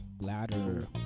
ladder